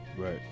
Right